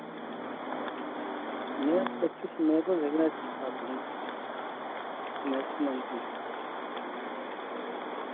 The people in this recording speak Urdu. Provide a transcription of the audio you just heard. میں پچیس مے کو بھیجنا چاہتا ہوں نییکسٹ منتھ میں